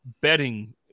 betting